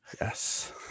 Yes